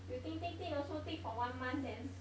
you think think think also think for one month then